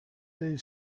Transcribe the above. the